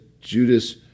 Judas